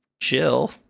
chill